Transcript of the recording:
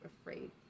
afraid